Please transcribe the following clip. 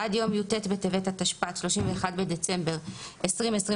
עד יום י"ט בטבת התשפ"ד (31 בדצמבר 2023),